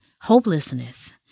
hopelessness